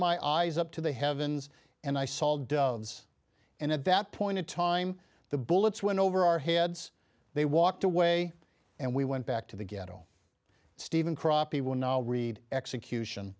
my eyes up to the heavens and i sold delves and at that point in time the bullets went over our heads they walked away and we went back to the ghetto stephen crop people now read execution